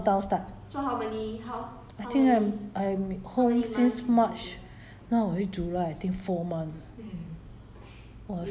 they say all in err all work from home before the lockdown start I think I'm I'm home since march